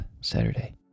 Saturday